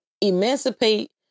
Emancipate